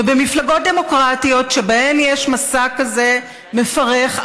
ובמפלגות דמוקרטיות שבהן יש מסע כזה מפרך,